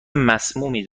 مسمومی